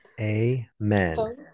Amen